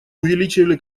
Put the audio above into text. увеличили